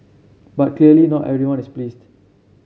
but clearly not everyone is pleased